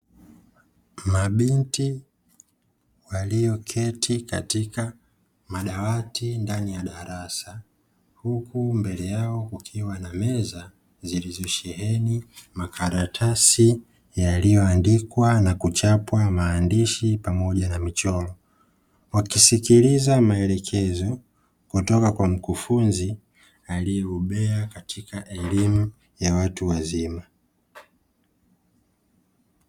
Mabinti walioketi katika madawati ndani ya darasa, huku mbele yao kukiwa na meza zilizosheheni makaratasi yaliyoandikwa na kuchapwa maandishi pamoja na michoro, wakisikiliza maelekezo kutoka kwa mkufunzi aliyebobea katika elimu ya watu wazima.